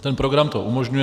Ten program to umožňuje.